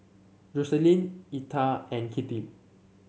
Jocelyne Etta and Kittie